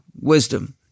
wisdom